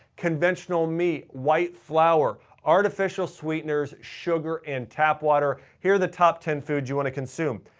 conventional meat, white flour, artificial sweeteners, sugar and tap water. here are the top ten foods you want to consume.